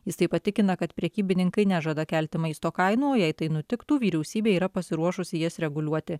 jis taip pat tikina kad prekybininkai nežada kelti maisto kainų o jei tai nutiktų vyriausybė yra pasiruošusi jas reguliuoti